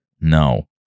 No